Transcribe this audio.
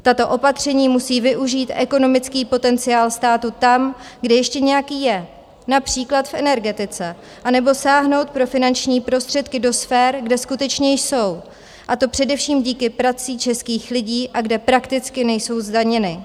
Tato opatření musí využít ekonomický potenciál státu tam, kde ještě nějaký je, například v energetice a nebo sáhnout pro finanční prostředky do sfér, kde skutečně jsou, a to především díky práci českých lidí, a kde prakticky nejsou zdaněny.